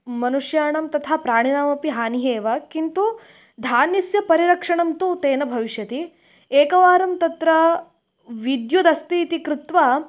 मनुष्याणां तथा प्राणिनामपि हानिः एव किन्तु धान्यस्य परिरक्षणं तु तेन भविष्यति एकवारं तत्र विद्युदस्ति इति कृत्वा